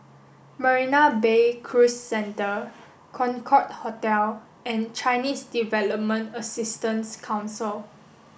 Marina Bay Cruise Centre Concorde Hotel and Chinese Development Assistance Council